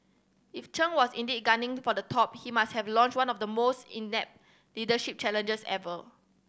if Chen was indeed gunning for the top he must have launched one of the most inept leadership challenges ever